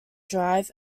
drive